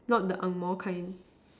not the Angmoh kind